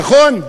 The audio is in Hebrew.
נכון.